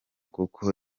kuko